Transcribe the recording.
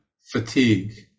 fatigue